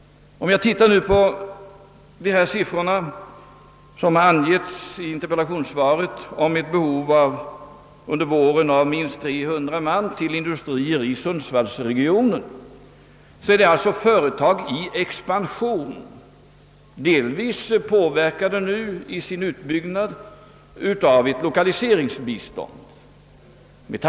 De siffror rörande rekryteringsbehovet under våroch sommarmånaderna som jag redovisat i interpellationssvaret — det gäller drygt 300 man — avser företag i expansion, delvis påverkade i sin utbyggnad av lokaliseringsbiståndet.